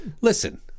Listen